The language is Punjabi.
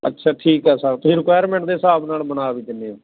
ਅੱਛਾ ਠੀਕ ਹੈ ਸਰ ਤੁਸੀਂ ਰਿਕੁਾਇਰਮੈਂਟ ਦੇ ਹਿਸਾਬ ਨਾਲ ਬਣਾ ਵੀ ਦਿੰਦੇ ਹੋ